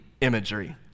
imagery